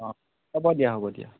অঁ হ'ব দিয়া হ'ব দিয়া